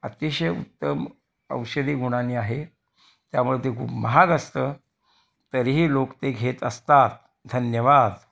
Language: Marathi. अतिशय उत्तम औषधी गुणानी आहे त्यामुळे ते खूप महाग असतं तरीही लोक ते घेत असतात धन्यवाद